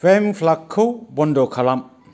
वेम' प्लागखौ बन्द' खालाम